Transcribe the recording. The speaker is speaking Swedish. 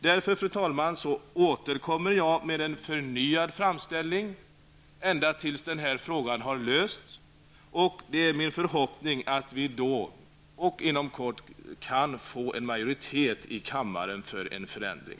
Därför, fru talman, återkommer jag med en förnyad framställning ända tills den här frågan har lösts. Det är min förhoppning att vi inom kort kan få majoritet i kammaren för en förändring.